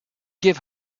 give